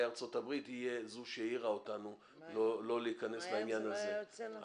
ארצות הברית היא זו שהעירה אותנו לא להכנס לעניין הזה.